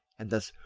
and thus,